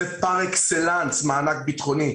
שזה פר אקסלנס מענק ביטחוני,